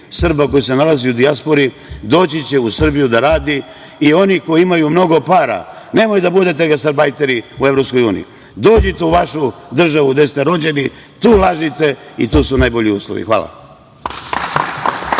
Srba koji se nalaze u dijaspori, doći će u Srbiju da rade i oni koji imaju mnogo para. Nemojte da budete gastarbajteri u EU. Dođite u vašu državu gde ste rođeni, tu radite i tu su najbolji uslovi. Hvala.